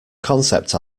concept